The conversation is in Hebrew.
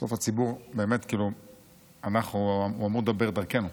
בסוף הציבור אמור לדבר דרכנו.